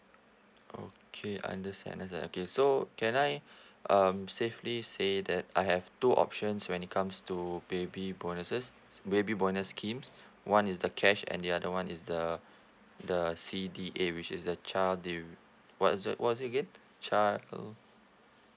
okay understand understand okay so can I um safely say that I have two options when it comes to baby bonuses baby bonus scheme one is the cash and the other one is the the C_D_A which is the child dev~ what's what was it again child